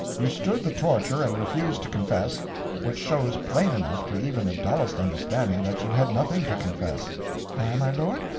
you stood the torture and refused to confess which shows plain enough to even the dullest understanding that you had nothing to confess i, my lord?